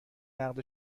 نقد